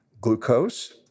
glucose